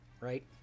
right